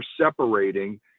separating